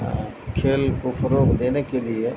کھیل کو فروغ دینے کے لیے